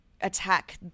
attack